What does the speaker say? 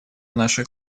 наших